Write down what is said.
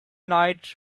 night